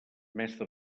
mestre